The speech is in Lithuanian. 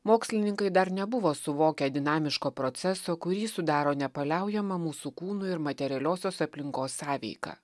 mokslininkai dar nebuvo suvokę dinamiško proceso kurį sudaro nepaliaujama mūsų kūnų ir materialiosios aplinkos sąveika